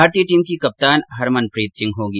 भारतीय टीम की कप्तान हरमनप्रीत सिंह होगी